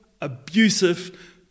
abusive